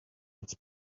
its